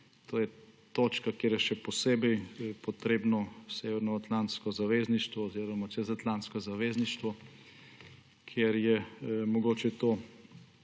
To je točka, kjer je še posebno potrebno severnoatlantsko zavezništvo oziroma čezatlantsko zavezništvo, ker je mogoče